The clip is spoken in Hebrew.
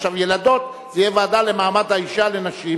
ילדים, נשים,